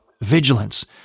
vigilance